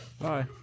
bye